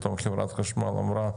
אבל פתאום חברת חשמל אמרה: